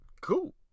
cool